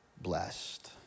blessed